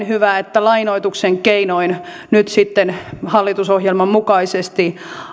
hyvä että lainoituksen keinoin nyt sitten hallitusohjelman mukaisesti